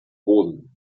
rosen